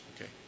Okay